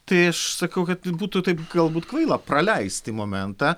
tai aš sakau kad būtų taip galbūt kvaila praleisti momentą